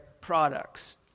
products